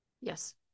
Yes